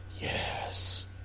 Yes